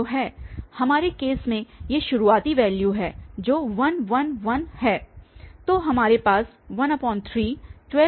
हमारे केस में ये शुरुआती वैल्यू हैं जो 1 1 1 हैं तो हमारे पास 1312 1 1 है